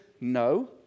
no